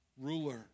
ruler